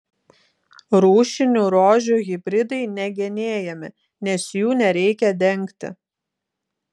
rūšinių rožių hibridai negenėjami nes jų nereikia dengti